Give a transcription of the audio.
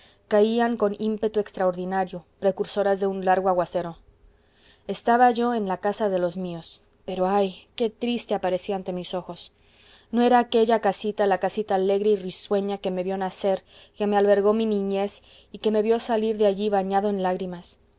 caían con ímpetu extraordinario precursoras de un largo aguacero estaba yo en la casa de los míos pero ay qué triste aparecía ante mis ojos no era aquella casita la casita alegre y risueña que me vió nacer que albergó mi niñez y que me vió salir de allí bañado en lágrimas